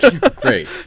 great